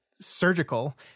surgical